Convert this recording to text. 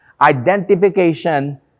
Identification